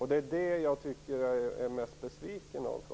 Det är detta agerande från Centerns sida som jag är mest besviken på.